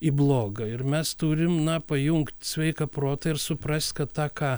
į bloga ir mes turim na pajungt sveiką protą ir suprast kad tą ką